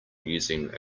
using